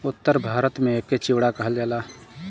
उत्तर भारत में एके चिवड़ा कहल जाला